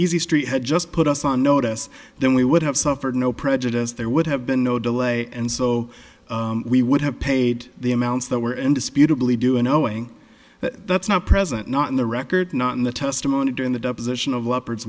easy street had just put us on notice then we would have suffered no prejudice there would have been no delay and so we would have paid the amounts that were indisputably due in knowing that it's not present not in the record not in the testimony during the deposition of leopard